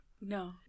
No